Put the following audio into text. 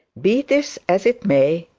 be this as it may,